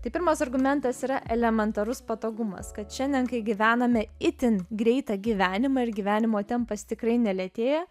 tai pirmas argumentas yra elementarus patogumas kad šiandien kai gyvename itin greitą gyvenimą ir gyvenimo tempas tikrai nelėtėja